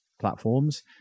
platforms